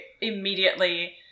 immediately